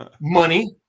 Money